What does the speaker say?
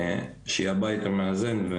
שהיא הבית המאזן.